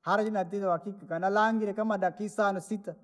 hara jeirya tizo wakikaa, kaa nalangire kama dakika isano, sita.